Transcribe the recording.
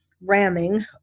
ramming